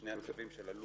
שני הצווים של הלול.